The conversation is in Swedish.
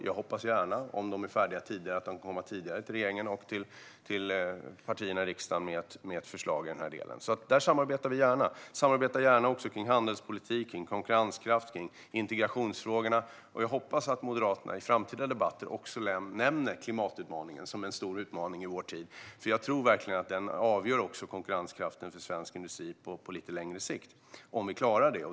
Jag hoppas gärna, om de är färdiga tidigare, att de kommer tidigare till regeringen och partierna i riksdagen med ett förslag i den delen. Där samarbetar vi gärna. Vi samarbetar också gärna om handelspolitik, konkurrenskraft och integrationsfrågorna. Jag hoppas att Moderaterna i framtida debatter också nämner klimatutmaningen som en stor utmaning i vår tid. Jag tror verkligen att det avgör konkurrenskraften för svensk industri på lite längre sikt om vi klarar det.